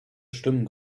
stimmen